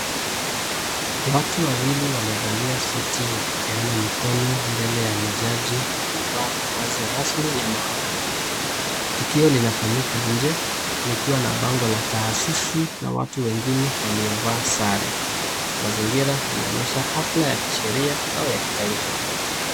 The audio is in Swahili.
Watu wawili wamevalia suti wakipeana mikono mbele ya majaji waliovaa mavazi rasmi ya mahakama. Tukio linafanyika nje likiwa na bango la taasisi na watu wengine waliovaa sare. Mazingira yanaonyesha hafla ya kisherehe au ya kitaifa.